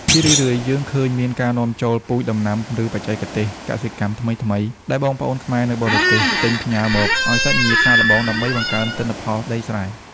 ជារឿយៗ យើងឃើញមានការនាំចូល "ពូជដំណាំ ឬបច្ចេកទេសកសិកម្មថ្មីៗ" ដែលបងប្អូនខ្មែរនៅបរទេសទិញផ្ញើមកឱ្យសាច់ញាតិសាកល្បង ដើម្បីបង្កើនទិន្នផលដីស្រែ។